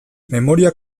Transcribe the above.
memoria